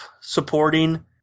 supporting